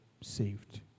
saved